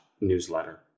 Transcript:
newsletter